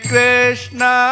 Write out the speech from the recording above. Krishna